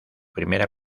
primera